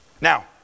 Now